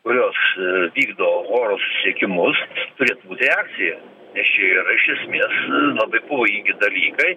kurios vykdo oro susiekimus turėtų būt reakcija nes čia yra iš esmės labai pavojingi dalykai